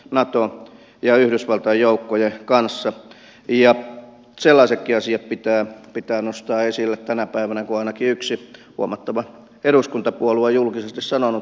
nato ja yhdysvaltain joukkojen kanssa ja sellaisetkin asiat pitää pitää nostaa esille tänä päivänä vain aki yksi huomattava eduskuntapuolue julkisesti sanonut